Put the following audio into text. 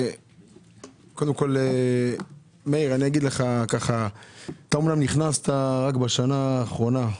מאיר, אתה אומנם נכנסת רק בשנה האחרונה,